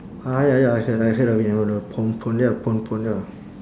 ah ya ya I heard I heard of it and with the pon pon ya pon pon ya